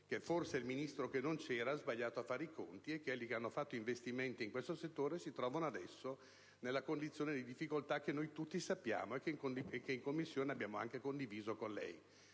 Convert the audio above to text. che forse il Ministro che non c'era ha sbagliato a fare i conti e che coloro che hanno fatto investimenti in questo settore si trovano adesso in una situazione di difficoltà che noi tutti conosciamo e che in Commissione abbiamo con lei condiviso. Si